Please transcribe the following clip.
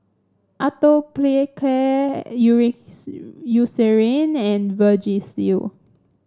Atopiclair Eucerin and Vagisil